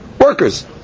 workers